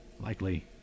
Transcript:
Likely